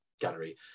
gallery